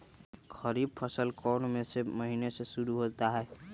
खरीफ फसल कौन में से महीने से शुरू होता है?